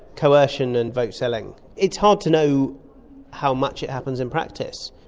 coercion and vote selling, it's hard to know how much it happens in practice,